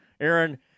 Aaron